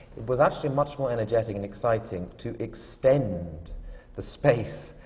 it was actually much more energetic and exciting to extend the space,